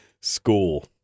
school